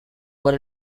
por